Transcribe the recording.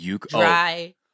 Dry